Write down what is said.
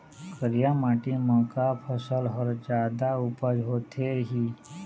करिया माटी म का फसल हर जादा उपज होथे ही?